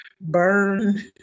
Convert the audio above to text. burn